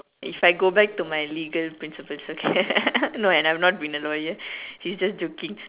if I go back to my legal principles okay no I have not been a lawyer he's just joking